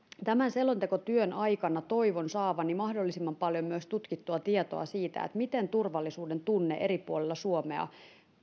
tämän selontekotyön aikana toivon saavani mahdollisimman paljon myös tutkittua tietoa siitä miten turvallisuudentunne eri puolilla suomea